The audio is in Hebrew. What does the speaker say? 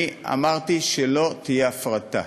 אני אמרתי שלא תהיה הפרטה.